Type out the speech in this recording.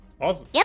Awesome